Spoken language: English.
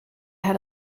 had